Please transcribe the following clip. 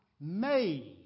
made